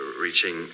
reaching